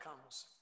comes